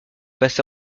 passé